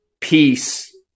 peace